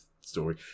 story